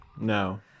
No